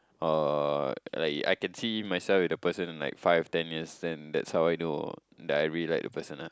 or like I can see myself with the person like five ten minutes then that's how I know that I really like that person ah